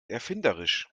erfinderisch